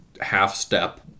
half-step